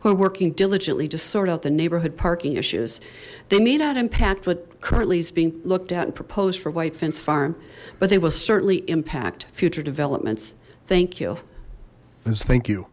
who are working diligently to sort out the neighborhood parking issues they may not impact what currently is being looked at and proposed for white fence farm but they will certainly impact future developments thank you yes thank you